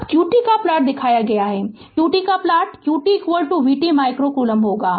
अब q t का plot दिखाया गया है q t का plot q t v t micro coulomb होगा